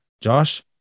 Josh